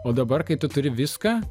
o dabar kai tu turi viską